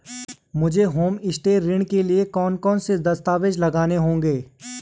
मुझे होमस्टे ऋण के लिए कौन कौनसे दस्तावेज़ लगाने होंगे?